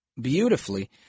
beautifully –